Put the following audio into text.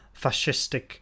fascistic